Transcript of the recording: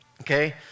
Okay